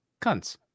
cunts